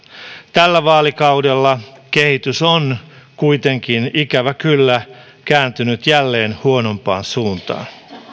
tällä vaalikaudella kehitys on kuitenkin ikävä kyllä kääntynyt jälleen huonompaan suuntaan